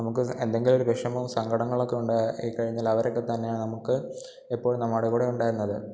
നമുക്ക് എന്തെങ്കിലൊരു വിഷമോ സങ്കടങ്ങളൊക്കെ ഉണ്ടായി കഴിഞ്ഞാലവരൊക്കെ തന്നെയാണ് നമുക്ക് എപ്പോഴും നമ്മുടെ കൂടെ ഉണ്ടായിരുന്നത്